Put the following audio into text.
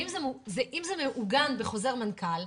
ואם זה מעוגן בחוזר מנכ"ל,